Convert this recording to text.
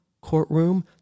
courtroom